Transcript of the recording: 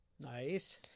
Nice